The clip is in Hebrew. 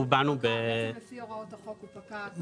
באנו --- בעצם לפי הוראות החוק הוא פקע.